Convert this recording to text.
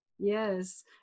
Yes